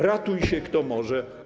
Ratuj się kto może.